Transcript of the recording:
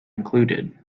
included